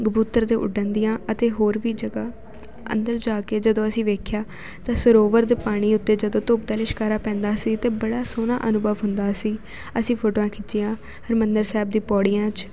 ਕਬੂਤਰ ਦੇ ਉੱਡਣ ਦੀਆਂ ਅਤੇ ਹੋਰ ਵੀ ਜਗ੍ਹਾ ਅੰਦਰ ਜਾ ਕੇ ਜਦੋਂ ਅਸੀਂ ਵੇਖਿਆ ਤਾਂ ਸਰੋਵਰ ਦੇ ਪਾਣੀ ਉੱਤੇ ਜਦੋਂ ਧੁੱਪ ਦਾ ਲਿਸ਼ਕਾਰਾ ਪੈਂਦਾ ਸੀ ਤਾਂ ਬੜਾ ਸੋਹਣਾ ਅਨੁਭਵ ਹੁੰਦਾ ਸੀ ਅਸੀਂ ਫੋਟੋਆਂ ਖਿੱਚੀਆਂ ਹਰਿਮੰਦਰ ਸਾਹਿਬ ਦੀ ਪੌੜੀਆਂ 'ਚ